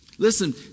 Listen